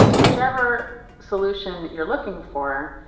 whichever solution you're looking for,